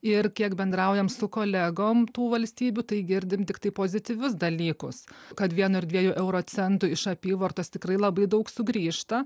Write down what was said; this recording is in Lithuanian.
ir kiek bendraujam su kolegom tų valstybių tai girdim tiktai pozityvius dalykus kad vieno ir dviejų euro centų iš apyvartos tikrai labai daug sugrįžta